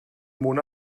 mona